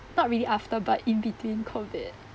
not really after but in between COVID